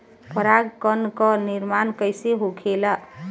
पराग कण क निर्माण कइसे होखेला?